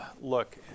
look